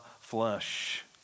flesh